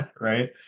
Right